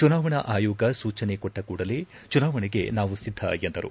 ಚುನಾವಣೆ ಆಯೋಗ ಸೂಚನೆ ಕೊಟ್ಟ ಕೂಡಲೇ ಚುನಾವಣೆಗೆ ನಾವು ಸಿದ್ದ ಎಂದರು